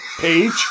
Page